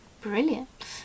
brilliant